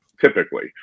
typically